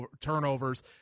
turnovers